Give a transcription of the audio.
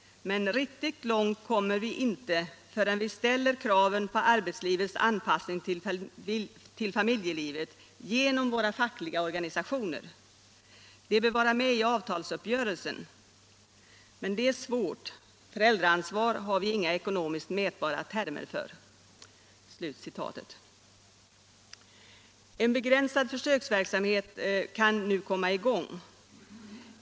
Men riktigt långt kommer vi inte förrän vi ställer kraven på arbetslivets anpassning till familjelivet genom våra fackliga organisationer. Det bör vara med i avtalsuppgörelsen! Men det är svårt — föräldraansvar har vi inga ekonomiskt mätbara termer för.” En begränsad försöksverksamhet kan nu komma i gång.